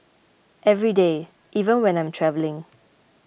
every day even when I'm travelling